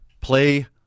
Play